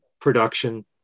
production